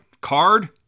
Card